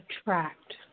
attract